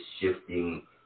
shifting